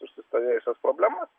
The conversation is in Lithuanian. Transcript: užsistovėjusias problemas